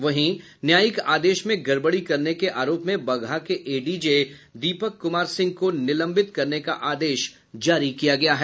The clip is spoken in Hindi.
वहीं न्यायिक आदेश में गड़बड़ी करने के आरोप में बगहा के एडीजे दीपक कुमार सिंह को निलंबित करने का आदेश जारी किया गया है